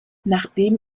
nachdem